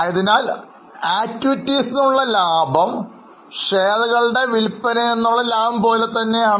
അതിനാൽ പ്രവർത്തനത്തിൽ നിന്നുള്ള ലാഭം ഷെയറുകളുടെ വിൽപനയിൽ നിന്നുള്ള ലാഭം പോലെയാണ്